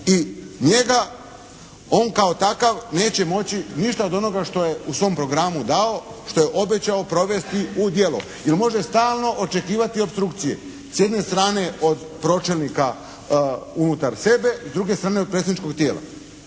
i njega on kao takav neće moći ništa od onoga što je u svom programu dao, što je obećao provesti u djelo. Jer može stalno očekivati opstrukcije. S jedne strane od pročelnika unutar sebe, s druge strane od predstavničkog tijela.